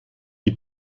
die